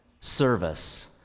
service